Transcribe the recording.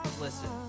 listen